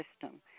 system